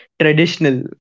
traditional